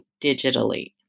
digitally